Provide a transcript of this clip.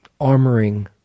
armoring